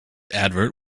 advert